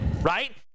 right